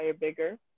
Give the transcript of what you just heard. Bigger